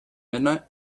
midnight